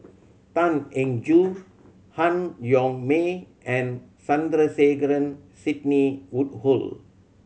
Tan Eng Joo Han Yong May and Sandrasegaran Sidney Woodhull